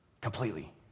completely